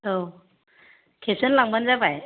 औ खेबसेनो लांबानो जाबाय